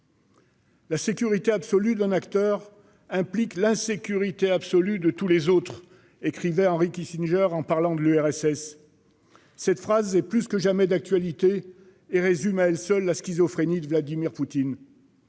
« La sécurité absolue d'un acteur implique l'insécurité absolue de tous les autres », écrivait Henry Kissinger en parlant de l'URSS. Cette phrase est plus que jamais d'actualité et résume à elle seule la schizophrénie de Vladimir Poutine.